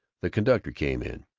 the conductor came in.